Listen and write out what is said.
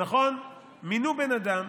נכון, מינו בן אדם